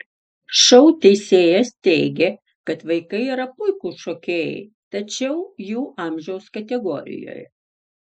šou teisėjas teigė kad vaikai yra puikūs šokėjai tačiau jų amžiaus kategorijoje